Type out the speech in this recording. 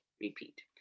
repeat